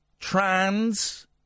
trans